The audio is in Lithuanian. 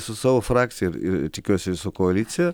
su savo frakciją irir tikiuosi ir su koalicija